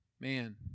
Man